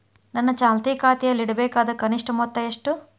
ನನ್ನ ಚಾಲ್ತಿ ಖಾತೆಯಲ್ಲಿಡಬೇಕಾದ ಕನಿಷ್ಟ ಮೊತ್ತ ಎಷ್ಟು?